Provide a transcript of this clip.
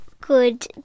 Good